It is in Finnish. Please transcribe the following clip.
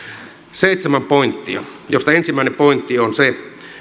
seitsemän pointtia joista ensimmäinen pointti on se